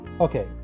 okay